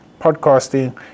podcasting